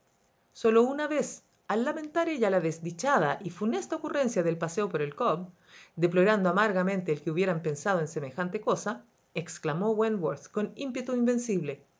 sólo una vez al lamentar ella la desdichada y funesta ocurrencia del paseo por el cobb deplorando amargamente el que hubieran pensado en semejante cosa exclamó wentworth con ímpetu invencible